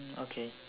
mm okay